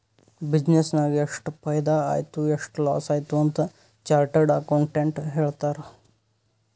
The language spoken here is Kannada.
ಬಿಸಿನ್ನೆಸ್ ನಾಗ್ ಎಷ್ಟ ಫೈದಾ ಆಯ್ತು ಎಷ್ಟ ಲಾಸ್ ಆಯ್ತು ಅಂತ್ ಚಾರ್ಟರ್ಡ್ ಅಕೌಂಟೆಂಟ್ ಹೇಳ್ತಾರ್